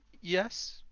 yes